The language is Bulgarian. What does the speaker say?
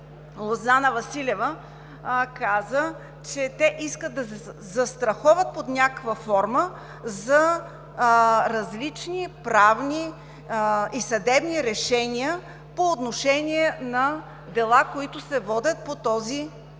Лозана Василева каза, че те искат да застраховат под някаква форма за различни правни и съдебни решения по отношение на дела, които се водят за